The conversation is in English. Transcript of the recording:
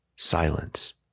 Silence